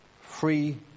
free